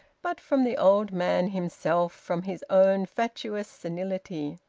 but from the old man himself, from his own fatuous senility.